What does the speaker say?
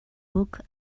book